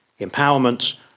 empowerment